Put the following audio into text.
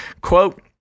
quote